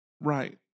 right